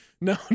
No